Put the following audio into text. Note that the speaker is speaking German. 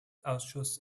ausschuss